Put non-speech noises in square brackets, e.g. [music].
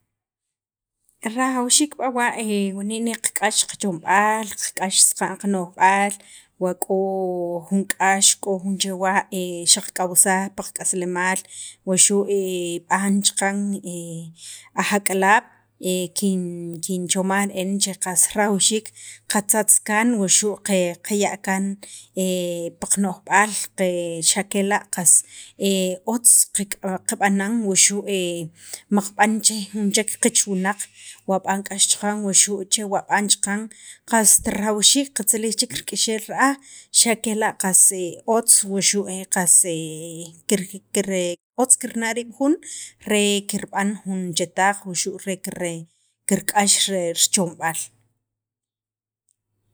rajawxiik b'awa' [hesitation] wani' qak'ax kachomb'al qak'ax saqa'n qano'jba'al wa k'o jun k'ax k'o jun chewa' [hesitation] xaq k'awsaj pil qak'aslemaal waxu' [hesitation] b'an chaqan aj ak'alaab' [hesitation] kin kinchomaj re'en che qs rajawxiik qatzatza kaan wuxu' qaya' kaan pi [hesitation] qano'jb'al xa' kela' otz qab'anan wuxu' [hesitation] miqb'an che jun chek qiich wunaq wa b'an k'ax chaqnwa xu' che b'an chaqan qast rajawxiik qatzilij chek rik'ixel ra'aj xa' kela' qas otz wuxu' qas [hesitation] kir kir otz kirna' riib' jun re kitb'an jun chetaq wuxu' re kirk'ax ri chomb'aal [noise]